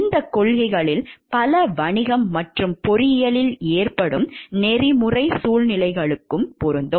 இந்தக் கொள்கைகளில் பல வணிகம் மற்றும் பொறியியலில் ஏற்படும் நெறிமுறை சூழ்நிலைகளுக்கும் பொருந்தும்